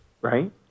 right